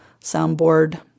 soundboard